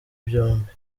byombi